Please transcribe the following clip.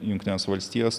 jungtines valstijas